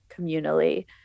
communally